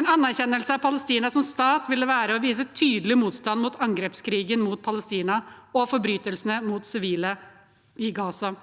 En anerkjennelse av Palestina som stat ville være å vise tydelig motstand mot angrepskrigen mot Palestina og forbrytelsene mot sivile i Gaza.